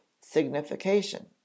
signification